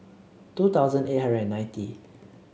two thousand eight hundred and ninety